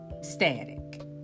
Static